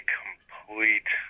complete